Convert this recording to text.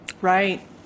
Right